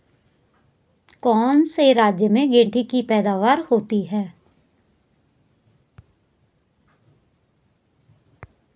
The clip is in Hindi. कौन से राज्य में गेंठी की पैदावार होती है?